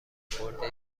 خورده